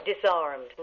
Disarmed